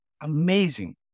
amazing